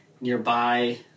nearby